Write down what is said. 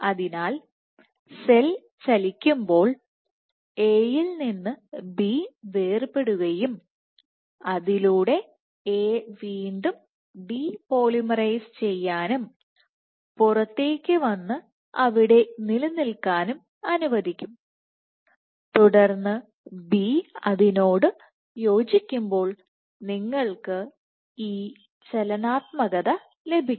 അതിനാൽ സെൽ ചലിക്കുമ്പോൾ A യിൽ നിന്ന് Bവേർപെടുകയും അതിലൂടെ Aവീണ്ടും ഡീ പോളിമറൈസ് ചെയ്യാനും പുറത്തേക്ക് വന്ന് അവിടെ നിലനിൽക്കാനും അനുവദിക്കും തുടർന്ന് B അതിനോട് യോജിക്കുമ്പോൾ നിങ്ങൾക്ക് ഈ ചലനാത്മകത ലഭിക്കും